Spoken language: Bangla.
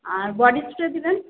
আর বডি স্প্রে দেবেন